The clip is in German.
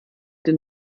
den